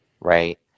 right